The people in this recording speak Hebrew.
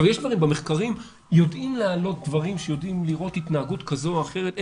במחקרים יודעים להעלות דברים שיודעים לראות התנהגות כזאת או אחרת.